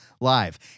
live